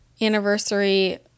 anniversary